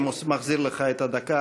אני מחזיר לך את הדקה.